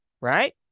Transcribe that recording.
Right